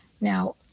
now